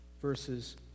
verses